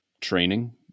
training